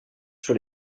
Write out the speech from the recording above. sur